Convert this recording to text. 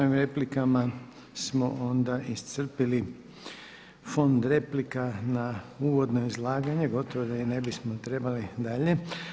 Evo sa replikama smo onda iscrpili fond replika na uvodno izlaganje, gotovo da i ne bismo trebali dalje.